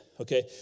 okay